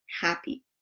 happy